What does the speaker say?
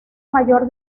mayor